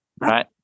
Right